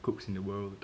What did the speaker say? cooks in the world